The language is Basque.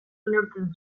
neurtzen